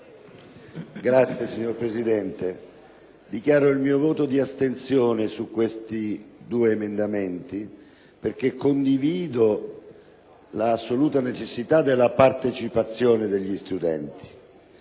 *(FLI)*. Signor Presidente, dichiaro il mio voto di astensione sui due emendamenti 10.1 e 10.2, perché condivido l'assoluta necessità della partecipazione degli studenti,